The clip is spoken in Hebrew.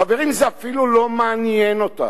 חברים, זה אפילו לא מעניין אותם.